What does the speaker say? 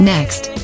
Next